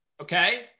Okay